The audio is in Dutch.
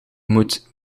moet